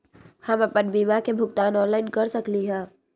हम अपन बीमा के भुगतान ऑनलाइन कर सकली ह?